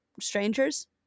strangers